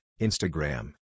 Instagram